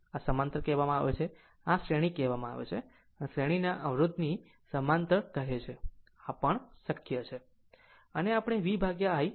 તેને સમાંતર કહેવામાં આવે છે જેને આ શ્રેણી કહેવામાં આવે છે તે શ્રેણીના અવરોધની સમાંતર સમકક્ષ કહે છે આ પણ શક્ય છે